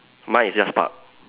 mine is just park